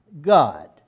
God